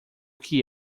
que